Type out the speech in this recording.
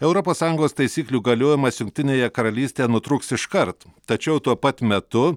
europos sąjungos taisyklių galiojimas jungtinėje karalystėje nutrūks iškart tačiau tuo pat metu